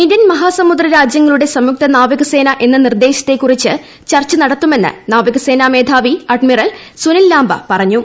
Indian മഹാസമുദ്ര രാജ്യങ്ങളുടെ സംയുക്ത നാവികസേന എന്ന നിർദ്ദേശത്തെക്കുറിച്ച് ചർച്ച നടത്തുമെന്ന് നാവികസേനാ മേധാവി അഡ്മിറൽ സുനിൽ ലാംബ പറഞ്ഞു